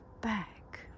back